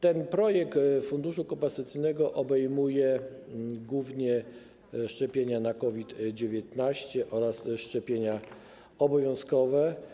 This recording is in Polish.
Ten projekt funduszu kompensacyjnego obejmuje głównie szczepienia przeciwko COVID-19 oraz szczepienia obowiązkowe.